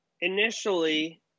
initially